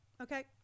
Okay